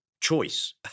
choice